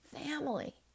family